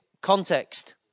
Context